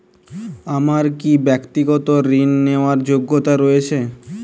আমার কী ব্যাক্তিগত ঋণ নেওয়ার যোগ্যতা রয়েছে?